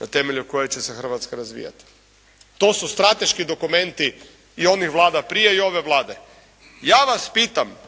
na temelju koje će se Hrvatska razvijati. To su strateški dokumenti i onih Vlada prije i ove Vlade. Ja vas pitam